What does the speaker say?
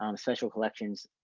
um special collections,